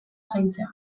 zaintzea